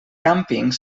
càmping